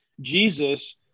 Jesus